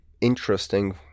interesting